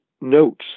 notes